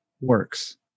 works